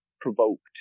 provoked